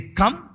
come